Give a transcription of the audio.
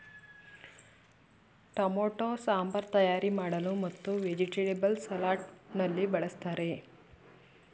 tomato sambar ತಯಾರಿ ಮಾಡಲು ಮತ್ತು ವೆಜಿಟೇಬಲ್ಸ್ ಸಲಾಡ್ ನಲ್ಲಿ ಬಳ್ಸತ್ತರೆ